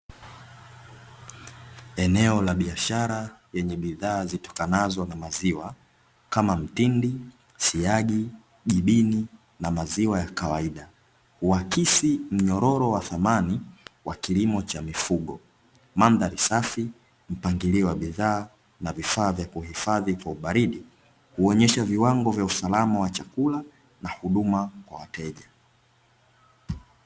Eneo la biashara lenye bidhaa zitokanazo na maziwa kama: mtindi, siagi, jibini na maziwa ya kawaida. Huakisi mnyororo wa thamani wa kilimo cha mifugo. Mandhari safi, mpangilio wa bidhaa na vifaa vya kuhifadhi kwa ubaridi; huonyesha viwango vya usalama wa chakula na huduma kwa wateja